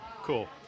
Cool